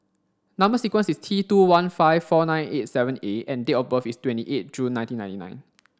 number sequence is T two one five four nine eight seven A and date of birth is twenty eight June nineteen ninety nine